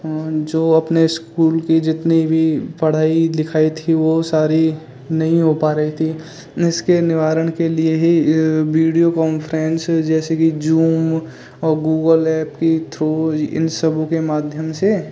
जो अपने स्कूल की जितनी भी पढ़ाई लिखाई थी वह सारी नहीं हो पा रही थी इसके निवारण के लिए ही वीडियो कॉन्फ्रेंस जैसे कि जूम और गूगल एप के थ्रू इन सब के माध्यम से